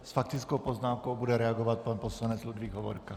S faktickou poznámkou bude reagovat pan poslanec Ludvík Hovorka.